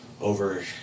over